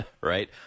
right